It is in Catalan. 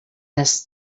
les